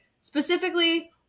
specifically